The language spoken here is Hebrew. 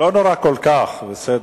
לא נורא כל כך, זה בסדר.